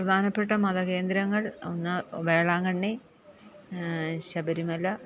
പ്രധാനപ്പെട്ട മതകേന്ദ്രങ്ങൾ ഒന്ന് വേളാങ്കണ്ണി ശബരിമല